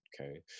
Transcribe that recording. okay